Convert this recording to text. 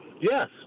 Yes